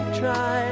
try